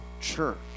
church